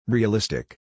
Realistic